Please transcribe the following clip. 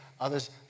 others